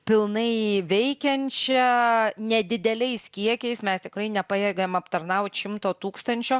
pilnai veikiančią nedideliais kiekiais mes tikrai nepajėgiam aptarnaut šimto tūkstančio